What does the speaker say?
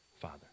Father